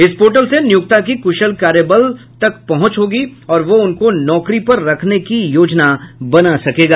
इस पोर्टल से नियोक्ता की कुशल कार्यबल तक पहुंच होगी और वह उनको नौकरी पर रखने की योजना बना सकेगा